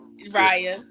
Raya